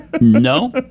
No